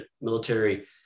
military